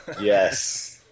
Yes